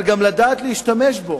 אבל גם לדעת להשתמש בו,